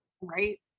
Right